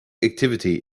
activity